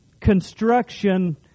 construction